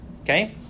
Okay